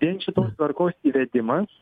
vien šitos tvarkos įvedimas